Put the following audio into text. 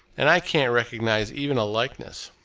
and i can't recognise even a likeness.